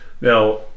Now